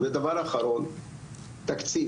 ודבר אחרון תקציב,